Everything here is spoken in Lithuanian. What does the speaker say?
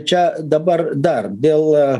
čia dabar dar dėl